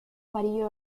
amarillo